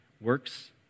works